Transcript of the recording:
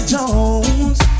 Jones